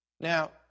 Now